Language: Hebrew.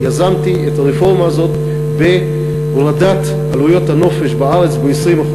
יזמתי את הרפורמה הזאת בהורדת עלויות הנופש בארץ ב-20%,